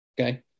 Okay